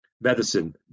medicine